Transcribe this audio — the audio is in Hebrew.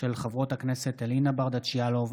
חברות הכנסת אלינה ברדץ' יאלוב,